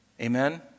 Amen